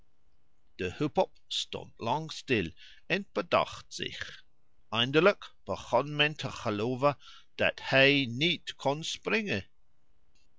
de hup op stond lang stil en bedacht zich eindelijk begon men te gelooven dat hij niet kon springen